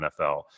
NFL